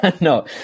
no